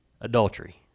Adultery